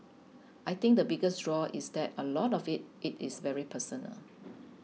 I think the biggest draw is that a lot of it it is very personal